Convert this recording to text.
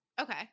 Okay